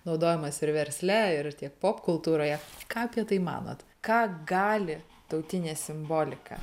naudojamas ir versle ir tiek popkultūroje ką apie tai manot ką gali tautinė simbolika